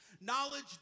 Knowledge